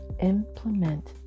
implement